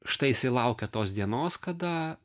štai jisai laukia tos dienos kada